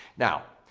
now,